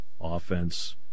offense